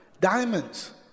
diamonds